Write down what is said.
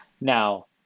Now